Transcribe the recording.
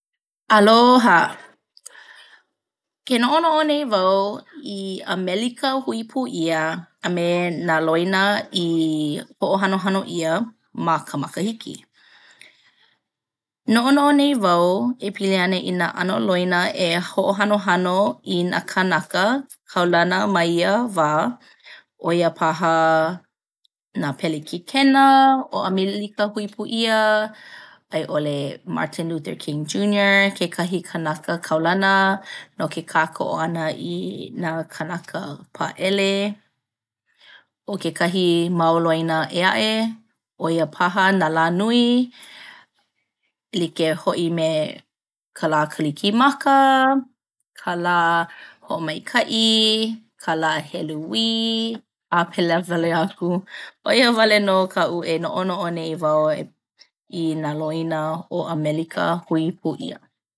Aloooha! Ke no'ono'o nei wau i 'Amelika Hui pū ʻia a me nā loina i hoʻohanohano ʻia ma ka makahiki. Noʻonoʻo nei wau e pili ana i nā ʻano loina e hoʻohanohano i nā kānaka kaulana ma ia wā. ʻO ia paha nā pelekikena o ʻAmelika Hui pū ʻia a i ʻole Martin Luther King Jr. kekahi kanaka kaulana no ke kākoʻo ʻana i nā kānaka Pāʻele. ʻO kekahi mau loina ʻē aʻe ʻo ia paha nā lā nui like hoʻi me ka lā kalikimaka, ka lā hoʻomaikaʻi, ka lā heleui a pela wale aku. ʻO ia wale nō kaʻu e noʻonoʻo nei wau i nā loina o ʻAmelika hui pū ʻia.